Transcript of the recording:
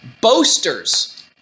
boasters